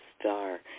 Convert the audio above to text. Star